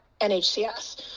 NHCS